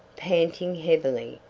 panting heavily,